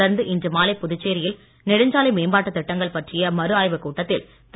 தொடர்ந்து இன்று மாலை புதுச்சேரியில் நெடுஞ்சாலை மேம்பாட்டுத் திட்டங்கள் பற்றிய மறு ஆய்வுக் கூட்டத்தில் திரு